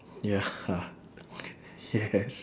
ya yes